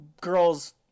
girls